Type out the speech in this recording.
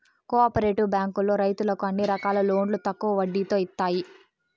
co operative బ్యాంకులో రైతులకు అన్ని రకాల లోన్లు తక్కువ వడ్డీతో ఇత్తాయి